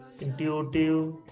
intuitive